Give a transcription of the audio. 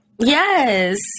Yes